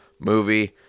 movie